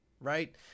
Right